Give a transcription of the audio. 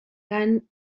cant